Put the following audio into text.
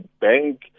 bank